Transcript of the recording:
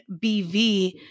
BV